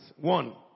One